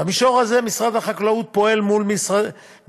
במישור הזה משרד החקלאות פועל מול משרדי